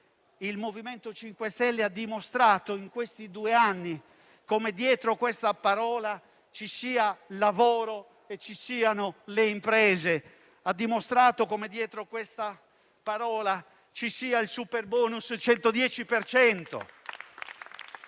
il MoVimento 5 Stelle ha dimostrato in questi due anni come dietro questa parola ci sia lavoro e ci siano le imprese; ha dimostrato come dietro questa parola ci sia il superbonus del 110